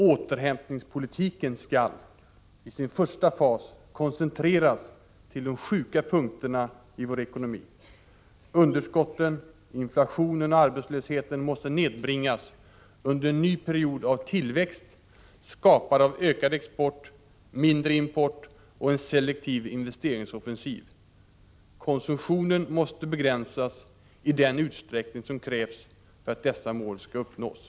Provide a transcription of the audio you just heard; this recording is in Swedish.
I den första fasen skall återhämtningspolitiken koncentreras till de sjuka punkterna i vår ekonomi. Underskotten, inflationen och arbetslösheten måste nedbringas under en ny period av tillväxt skapad av ökad export, mindre import och en selektiv investeringsoffensiv. Konsumtionen måste begränsas i den utsträckning som krävs för att dessa mål skall kunna uppnås.